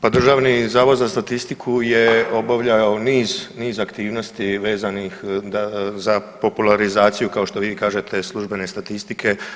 Pa Državni zavod za statistiku je obavljao niz, niz aktivnosti vezanih za popularizaciju kao što vi kažete službene statistike.